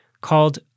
called